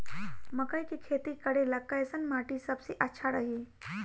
मकई के खेती करेला कैसन माटी सबसे अच्छा रही?